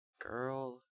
Girl